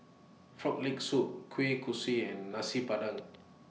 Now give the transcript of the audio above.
Frog Leg Soup Kueh Kosui and Nasi Padang